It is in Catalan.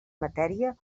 matèria